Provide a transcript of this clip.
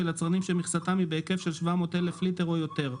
יצרנים שמכסתם היא בהיקף של 700 אלף ליטר או יותר".